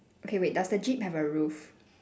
okay wait does the jeep have a roof